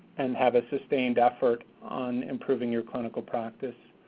and have a sustained effort on improving your clinical practice.